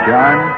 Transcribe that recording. John